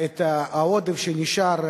והעודף שנשאר